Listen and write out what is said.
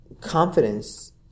confidence